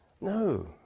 No